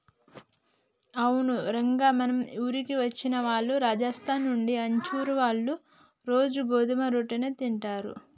అవును రంగ మన ఊరికి వచ్చిన వాళ్ళు రాజస్థాన్ నుండి అచ్చారు, ఆళ్ళ్ళు రోజూ గోధుమ రొట్టెలను తింటారు